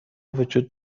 وجود